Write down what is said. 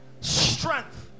strength